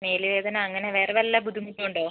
മേല് വേദന അങ്ങനെ വേറെ വല്ല ബുദ്ധിമുട്ടും ഉണ്ടോ